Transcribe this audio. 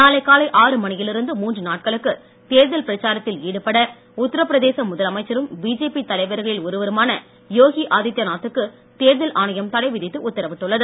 நாளை காலை ஆறு மணியிலிருந்து மூன்று நாட்களுக்கு தேர்தல் பிரச்சாரத்தில் ஈடுபட உத்தரபிரதேச முதலமைச்சரும் பிஜேபி தலைவர்களில் ஒருவருமான யோகி ஆதித்யநாத்துக்கு தேர்தல் ஆணையம் தடை விதித்து உத்தரவிட்டுள்ளது